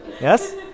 Yes